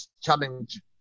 challenge